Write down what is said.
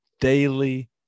daily